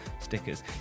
stickers